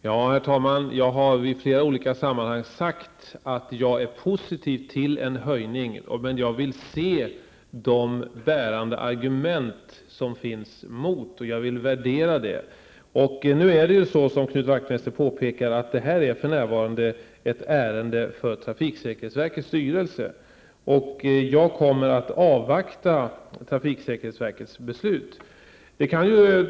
Herr talman! Jag har i flera olika sammanhang sagt att jag är positiv till en höjning, men jag vill först se de bärande argumenten däremot och värdera dem. För närvarande är detta, som Knut Wachtmeister påpekade, ett ärende för trafiksäkerhetsverkets styrelse, och jag kommer att avvakta dess beslut.